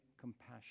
compassion